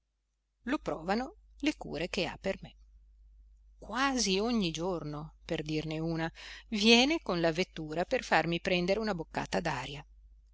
lo provano le cure che ha per me quasi ogni giorno per dirne una viene con la vettura per farmi prendere una boccata